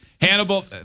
Hannibal